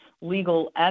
legal